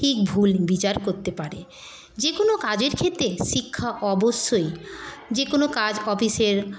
ঠিক ভুল বিচার করতে পারে যে কোনো কাজের ক্ষেত্রে শিক্ষা অবশ্যই যে কোনো কাজ অফিসের